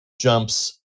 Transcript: jumps